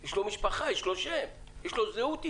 יש לו משפחה, יש לו שם, יש לו זהות אישית.